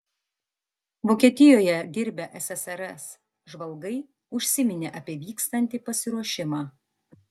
vokietijoje dirbę ssrs žvalgai užsiminė apie vykstantį pasiruošimą